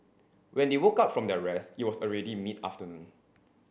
when they woke up from their rest it was already mid afternoon